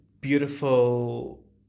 beautiful